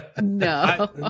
no